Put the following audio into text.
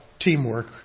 teamwork